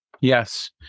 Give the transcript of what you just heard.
Yes